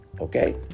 Okay